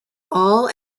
all